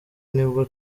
nibwo